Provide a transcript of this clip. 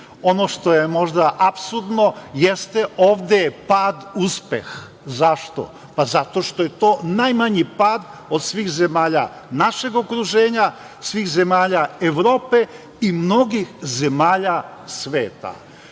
MMF.Ono što je možda apsurdno jeste ovde je pad uspeh. Zašto? Zato što je to najmanji pad od svih zemalja našeg okruženja, svih zemalja Evrope i mnogih zemalja sveta.